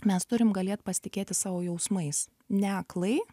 mes turim galėt pasitikėt savo jausmais ne aklai